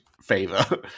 favor